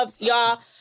Y'all